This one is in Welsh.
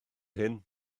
hyn